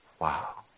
Wow